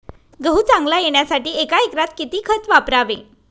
गहू चांगला येण्यासाठी एका एकरात किती खत वापरावे?